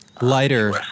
lighter